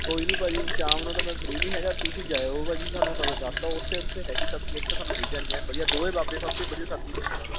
ਕੋਈ ਨਹੀਂ ਭਾਅ ਜੀ ਸ਼ਾਮ ਨੂੰ ਤਾਂ ਮੈਂ ਫਰੀ ਨਹੀਂ ਹੈਗਾ ਤੁਸੀਂ ਜਾ ਆਇਓ ਭਾਅ ਜੀ ਤੁਹਾਨੂੰ ਤਾਂ ਦੱਸ ਤਾ ਉੱਥੇ ਉੱਥੇ ਹੈਗੀ ਸਬਜ਼ੀ ਉੱਥੇ ਤੁਹਾਨੂੰ ਮਿਲ ਜਾਣੀ ਹੈ ਐਨ ਵਧੀਆ ਦੋਵੇਂ ਬਾਬੇ ਸਭ ਤੋਂ ਵਧੀਆ ਸਬਜ਼ੀ ਦਿੰਦੇ